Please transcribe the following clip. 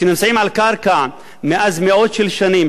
שנמצאים על הקרקע זה מאות שנים,